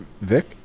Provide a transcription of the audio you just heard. Vic